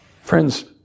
Friends